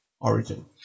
origin